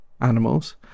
animals